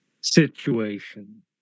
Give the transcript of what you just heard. situation